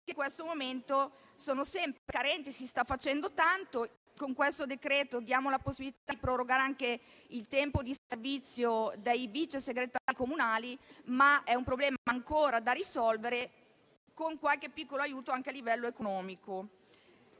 in questo momento sono sempre carenti. Si sta quindi facendo tanto: con questo decreto diamo la possibilità di prorogare anche il tempo di servizio dei vicesegretari comunali, ma è un problema ancora da risolvere con qualche piccolo aiuto anche a livello economico.